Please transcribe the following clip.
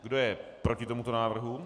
Kdo je proti tomuto návrhu?